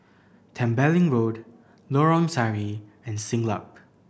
Tembeling Road Lorong Sari and Siglap